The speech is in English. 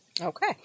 Okay